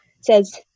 says